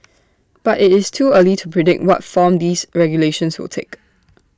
but IT is too early to predict what form these regulations will take